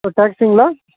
ஆ டாக்ஸிங்களா